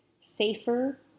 safer